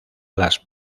las